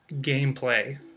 gameplay